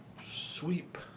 Sweep